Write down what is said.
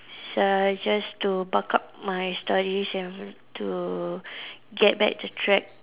suggest to buck up my studies and to get back to track